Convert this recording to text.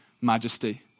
majesty